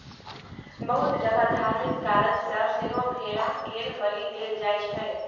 बहुत जगह धार्मिक कारण सँ सेहो भेड़ा केर बलि देल जाइ छै